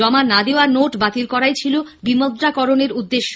জমা না দেওয়া নোট বাতিল করাই ছিল বিমুদ্রাকরণের উদ্দেশ্য